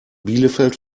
bielefeld